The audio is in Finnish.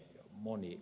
puhemies